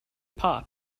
pop